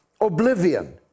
oblivion